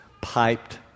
piped